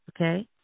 okay